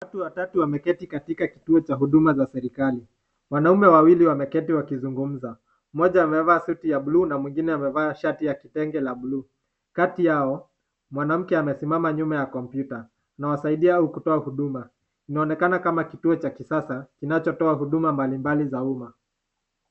Watu watatu wameketi katika kituo cha huduma za serikali. Wanaume wawili wameketi wakizungumza. Moja amevaa suti ya blue na mwingine amevaa shati ya kitenge la blue . Kati yao mwanamke amesimama nyuma ya kompyuta inawasaidia kutoa haduma, inaonakana kama kituo cha kisasa kinachotoa huduma mbalimbali za umma.